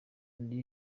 ndi